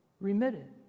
remitted